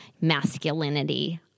masculinity